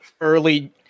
early